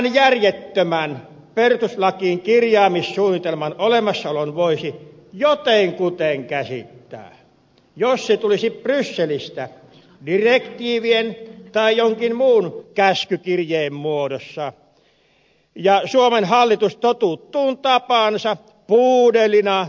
tämän järjettömän perustuslakiin kirjaamissuunnitelman olemassaolon voisi jotenkuten käsittää jos se tulisi brysselistä direktiivien tai jonkin muun käskykirjeen muodossa ja suomen hallitus totuttuun tapaansa puudelina tottelisi sitä